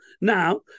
Now